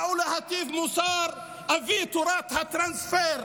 באו להטיף מוסר, אבי תורת הטרנספר.